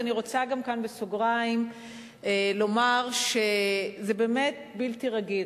ואני רוצה כאן בסוגריים לומר שזה באמת בלתי רגיל,